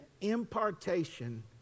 impartation